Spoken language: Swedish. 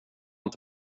inte